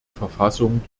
verfassung